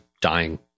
dying